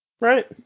Right